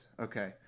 Okay